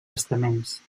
estaments